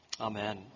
Amen